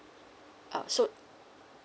uh so